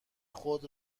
خود